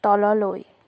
তললৈ